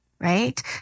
Right